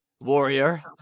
warrior